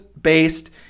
based